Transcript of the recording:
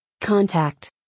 Contact